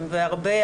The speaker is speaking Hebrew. והרבה,